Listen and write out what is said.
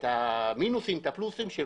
את המינוסים ואת הפלוסים.